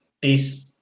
Peace